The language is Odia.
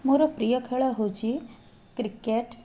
ମୋର ପ୍ରିୟ ଖେଳ ହେଉଛି କ୍ରିକେଟ୍